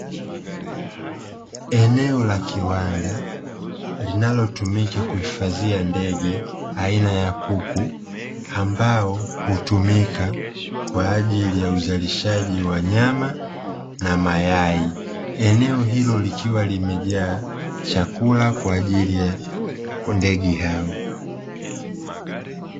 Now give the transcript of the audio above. Eneo la kiwanda linalotumika kuhifadhia ndege aina ya kuku, ambao hutumika kwaajili ya uzalishaji wa nyama na mayai. Eneo hilo likiwa limejaa chakula kwaajili ya ndege hao.